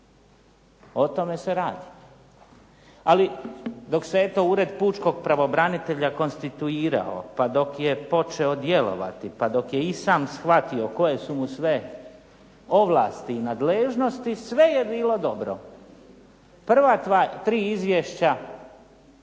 O tome se radi. Ali dok se eto Ured pučkog pravobranitelja konstituirao pa dok je počeo djelovati, pa dok je i sam shvatio koje su mu sve ovlasti i nadležnosti sve je bilo dobro. Prva dva, tri izvješća